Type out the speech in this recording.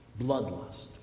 bloodlust